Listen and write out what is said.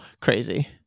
crazy